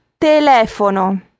telefono